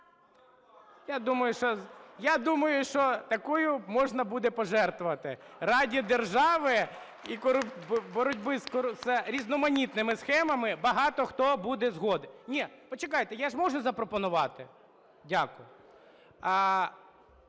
Я думаю, що такою можна буде пожертвувати ради держави і боротьби з різноманітними схемами, багато хто буде згоден. Ні, почекайте, я ж можу запропонувати? Дякую.